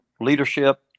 leadership